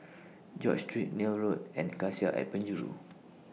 George Street Neil Road and Cassia At Penjuru